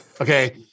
Okay